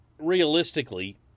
Realistically